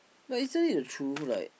but isn't it the truth like